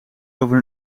over